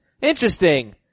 Interesting